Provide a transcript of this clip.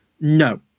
No